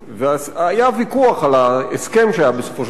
היה ויכוח על ההסכם שהיה בסופו של דבר,